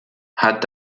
hat